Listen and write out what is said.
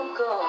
go